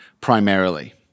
primarily